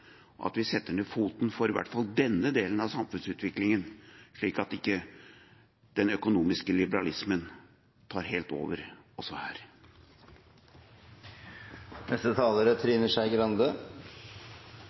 at vi setter ned foten for i hvert fall denne delen av samfunnsutviklingen, slik at ikke den økonomiske liberalismen tar helt over også her. Gode politikere er